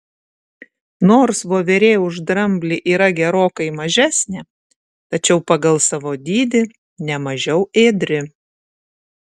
nors voverė už dramblį yra gerokai mažesnė tačiau pagal savo dydį ne mažiau ėdri